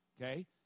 Okay